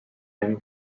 him